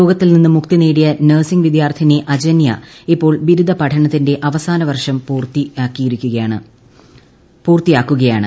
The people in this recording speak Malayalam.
രോഗത്തിൽ നിന്ന് മുക്തി നേടിയ നഴ്സിംഗ് വിദ്യാർത്ഥിന്റി അ്ജന്യ ഇപ്പോൾ ബിരുദ പഠനത്തിന്റെ അവസാന വർഷ്ടം പൂർത്തിയാക്കുകയാണ്